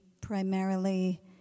primarily